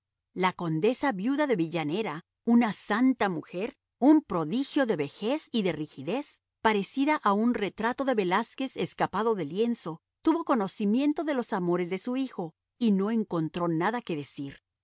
la condesa viuda de villanera una santa mujer un prodigio de vejez y de rigidez parecida a un retrato de velázquez escapado del lienzo tuvo conocimiento de los amores de su hijo y no encontró nada que decir